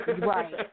Right